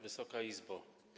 Wysoka Izbo!